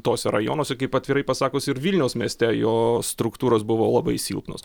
tuose rajonuose kaip atvirai pasakius ir vilniaus mieste jo struktūros buvo labai silpnos